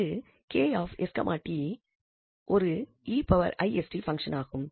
இங்கு 𝐾𝑠 𝑡 ஒரு𝑒𝑖𝑠𝑡 பங்சன் ஆகும்